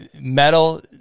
metal